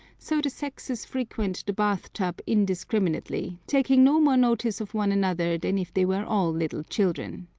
so the sexes frequent the bath-tub indiscriminately, taking no more notice of one another than if they were all little children.